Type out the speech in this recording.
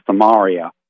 Samaria